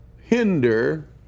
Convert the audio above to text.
hinder